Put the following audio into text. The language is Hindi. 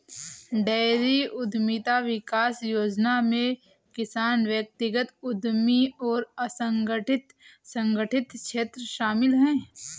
डेयरी उद्यमिता विकास योजना में किसान व्यक्तिगत उद्यमी और असंगठित संगठित क्षेत्र शामिल है